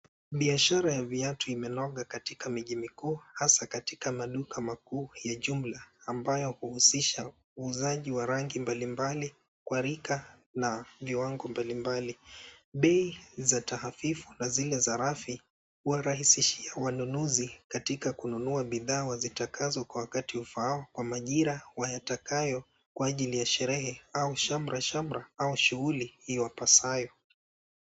Biashara ya viatu imenoga katika miji mikuu hasa katika maduka makuu ya jumla ambayo huusisha uuzaji wa rangi mbalimbali kwa rika na viwango mbalimbali. Bei za taafifu na zile za rafi huwarahisishia wanunuzi katika kununua bidhaa wazitakazo kwa wakati ufaao kwa majira wayatakayo kwa ajili ya sherehe au shamrashamra au shughuli iwapasayo.